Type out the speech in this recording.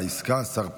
השר פרוש,